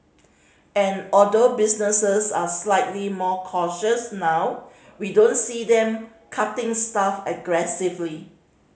and although businesses are slightly more cautious now we don't see them cutting staff aggressively